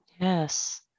Yes